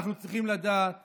אנחנו צריכים לדעת